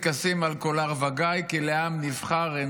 טקסים על כל הר וגיא / כי לעם נבחר אין